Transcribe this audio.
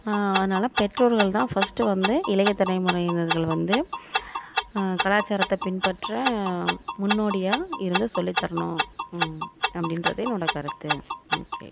அதனால் பெற்றோர்கள் தான் ஃபஸ்டு வந்து இளைய தலைமுறையினர்கள் வந்து கலாச்சாரத்தை பின்பற்ற முன்னோடியாக இருந்து சொல்லி தரணும் அப்படீன்றது என்னோடய கருத்து ஓகே